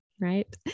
Right